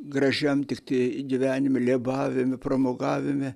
gražiam tiktai gyvenime lėbavime pramogavime